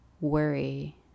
worry